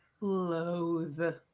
loathe